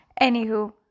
Anywho